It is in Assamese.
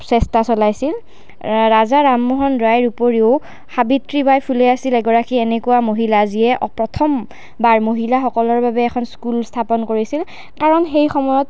এক চেষ্টা চলাইছিল ৰাজা ৰামমোহন ৰায়ৰ উপৰিও সাবিত্ৰীবাই ফুলে আছিল এগৰাকী এনেকুৱা মহিলা যিয়ে প্ৰথমবাৰ এখন মহিলাসকলৰ বাবে এখন স্কুল স্থাপন কৰিছিল কাৰণ সেই সময়ত